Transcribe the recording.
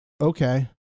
Okay